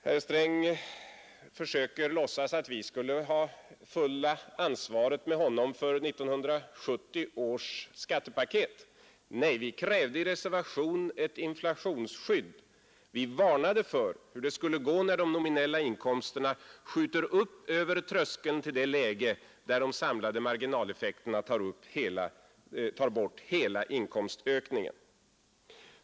Herr Sträng försöker låtsas att vi skulle ha det fulla ansvaret tillsammans med honom för 1970-års skattepaket. Nej, vi krävde i reservation ett inflationsskydd. Vi varnade för hur det skulle gå när de nominella inkomsterna skjuter upp över tröskeln till det läge där de samlade marginaleffekterna tar bort hela inkomstökningen.